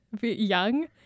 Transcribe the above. young